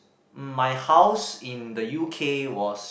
my house in the U_K was